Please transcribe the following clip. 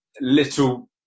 little